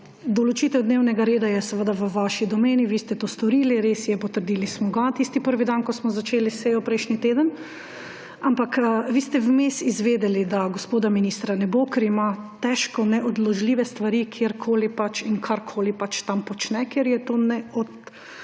določitev dnevnega reda je seveda v vaši domeni, vi ste to storili, res je, potrdili smo ga tisti prvi dan, ko smo začeli sejo prejšnji teden. Ampak, vi ste vmes izvedeli, da gospoda ministra ne bo, ker ima težko neodložljive stvari, kjerkoli pač in karkoli pač tam počne, kjer je to